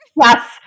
Yes